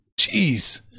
Jeez